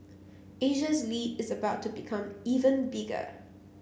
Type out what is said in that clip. Asia's lead is about to become even bigger